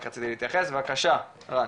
רק רציתי להתייחס, בבקשה רן.